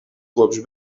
kopš